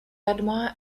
admire